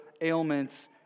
ailments